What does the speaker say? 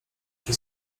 czy